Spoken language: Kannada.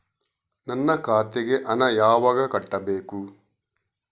ನನ್ನ ಖಾತೆಗೆ ಹಣ ಯಾವಾಗ ಕಟ್ಟಬೇಕು?